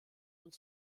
und